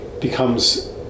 becomes